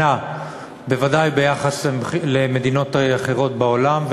בוודאי ביחס למדינות אחרות בעולם,